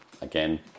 Again